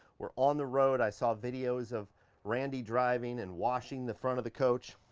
were on the road. i saw videos of randy driving and washing the front of the coach.